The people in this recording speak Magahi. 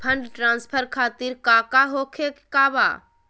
फंड ट्रांसफर खातिर काका होखे का बा?